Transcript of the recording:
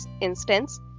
instance